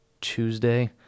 Tuesday